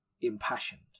impassioned